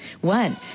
One